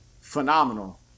phenomenal